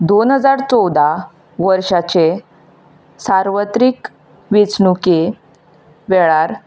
दोन हजार चवदा वर्साचे सार्वत्रीक वेचणुके वेळार